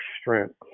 strength